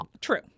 True